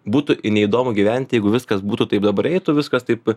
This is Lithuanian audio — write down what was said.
būtų neįdomu gyventi jeigu viskas būtų taip dabar eitų viskas taip